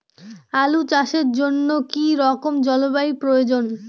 আলু চাষের জন্য কি রকম জলবায়ুর প্রয়োজন?